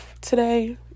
today